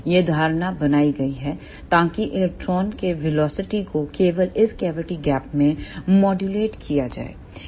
यह धारणा बनाई गई है ताकि इलेक्ट्रॉनों के वेलोसिटी को केवल इस कैविटी गैप में मॉड्यूलएट किया जाए